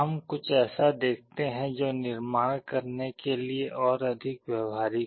हम कुछ ऐसा देखते है जो निर्माण करने के लिए और अधिक व्यावहारिक है